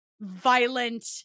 violent